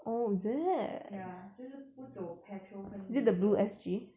ya 就是不走 petrol 跟 diesel